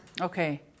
Okay